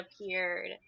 appeared